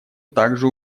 также